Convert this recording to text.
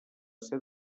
ser